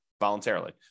voluntarily